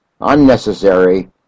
unnecessary